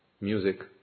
Music